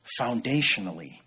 foundationally